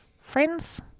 friends